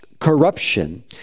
corruption